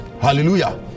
Hallelujah